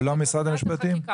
למשרד המשפטים.